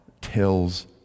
tells